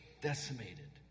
decimated